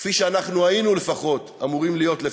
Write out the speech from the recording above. כפי שאנחנו היינו אמורים להיות לפחות,